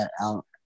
out